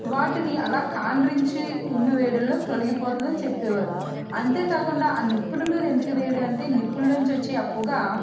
వాటిని అలా గాండ్రించి ఉమ్మి వేయడంలో తొలగిపోతుందని చెప్పేవారు అంతేకాకుండా ఆ న్నిప్పుల మీద ఎందుకు వేయడం అంటే నిప్పులలో నుంచి వచ్చే ఆ పొగ